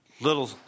little